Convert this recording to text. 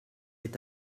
est